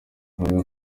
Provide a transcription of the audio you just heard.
bavuga